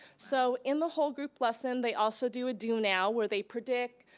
so, in the whole group lesson they also do a do now, where they predict,